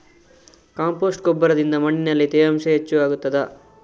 Compost ಗೊಬ್ಬರದಿಂದ ಮಣ್ಣಿನಲ್ಲಿ ತೇವಾಂಶ ಹೆಚ್ಚು ಆಗುತ್ತದಾ?